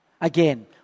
Again